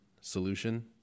solution